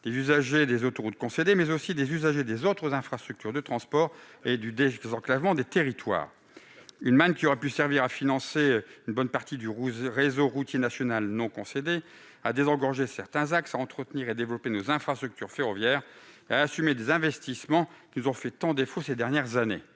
des usagers des autoroutes concédées, mais aussi des usagers des autres infrastructures de transport et du désenclavement des territoires. Cette manne aurait pu servir à financer une bonne partie du réseau routier national non concédé, à désengorger certains axes, à entretenir et développer nos infrastructures ferroviaires et à assumer des investissements qui nous ont fait tant défaut ces dernières années.